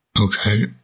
Okay